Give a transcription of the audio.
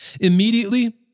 Immediately